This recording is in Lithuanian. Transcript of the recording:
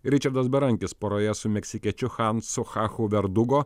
ričardas berankis poroje su meksikiečiu hansu hachu verdugo